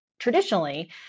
traditionally